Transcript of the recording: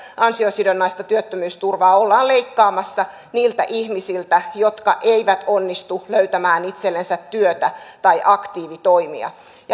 ansiosidonnaista työttömyysturvaa ollaan leikkaamassa niiltä ihmisiltä jotka eivät onnistu löytämään itsellensä työtä tai aktiivitoimia